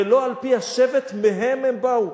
ולא על-פי השבט ממנו באו.